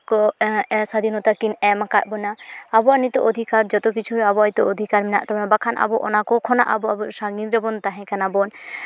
ᱠᱚ ᱥᱟᱹᱫᱷᱤᱱᱚᱛᱟ ᱠᱤᱱ ᱮᱢ ᱠᱟᱜ ᱵᱚᱱᱟ ᱟᱵᱚᱣᱟᱜ ᱱᱤᱛᱚᱜ ᱚᱫᱷᱤᱠᱟᱨ ᱡᱚᱛᱚ ᱠᱤᱪᱷᱩᱨᱮ ᱟᱵᱚᱣᱟᱜ ᱱᱤᱛᱚᱜ ᱚᱫᱷᱤᱠᱟᱨ ᱢᱮᱱᱟᱜ ᱛᱟᱵᱚᱱᱟ ᱵᱟᱠᱷᱟᱱ ᱟᱵᱚ ᱚᱱᱟ ᱠᱚ ᱠᱷᱚᱱᱟᱜ ᱟᱵᱚ ᱟᱵᱚ ᱥᱟᱺᱜᱤᱧ ᱨᱮᱵᱚᱱ ᱛᱟᱦᱮᱸ ᱠᱟᱱᱟᱵᱚᱱ